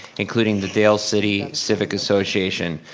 including the dale city civic association.